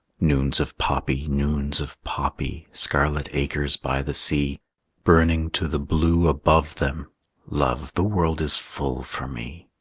noons of poppy, noons of poppy, scarlet acres by the sea burning to the blue above them love, the world is full for me.